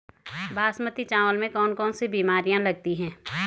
बासमती चावल में कौन कौन सी बीमारियां लगती हैं?